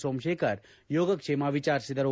ಸೋಮಶೇಕರ್ ಯೋಗಕ್ಷೇಮ ವಿಚಾರಿಸಿದರು